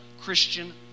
Christian